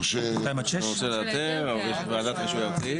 מורשה היתר וועדת רישוי ארצית.